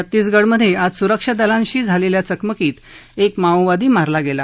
छत्तीसगडमध आज सुरक्षादलाशी झालख्खा चकमकीत एक माओवादी मारला गेली